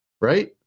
right